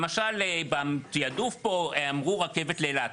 למשל בתעדוף פה אמרו רכבת לאילת.